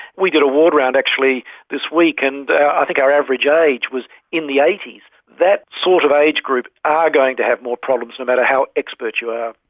we did a ward round actually this week and i think our average age was in the eighty s. that sort of age group are going to have more problems, no matter how expert you are.